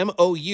MOU